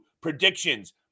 predictions